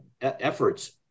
efforts